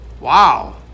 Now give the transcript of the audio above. Wow